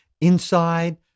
inside